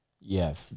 Yes